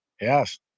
yes